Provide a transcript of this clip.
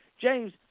James